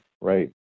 right